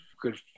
good